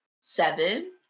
seven